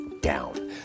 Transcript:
down